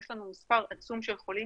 יש לנו מספר עצום של חולים,